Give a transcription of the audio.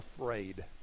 afraid